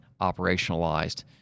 operationalized